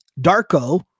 Darko